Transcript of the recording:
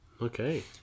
Okay